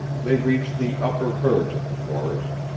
they reached the upper verge of the forest,